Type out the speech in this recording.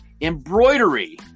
Embroidery